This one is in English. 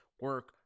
Work